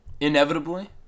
inevitably